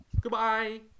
Goodbye